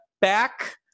back